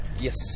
yes